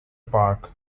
park